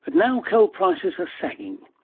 but now coal prices are sagging.